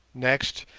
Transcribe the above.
next,